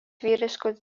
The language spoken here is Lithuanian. vyriškos